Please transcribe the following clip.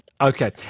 Okay